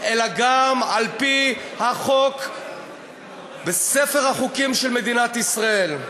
אלא גם על-פי החוק בספר החוקים של מדינת ישראל.